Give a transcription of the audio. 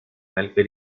malgré